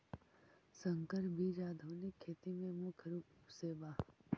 संकर बीज आधुनिक खेती में मुख्य रूप से बा